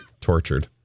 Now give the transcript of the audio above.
tortured